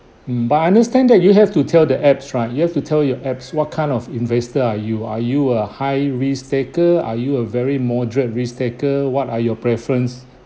mm but I understand that you have to tell the apps right you have to tell your apps what kind of investor are you are you a high risk taker are you a very moderate risk taker what are your preference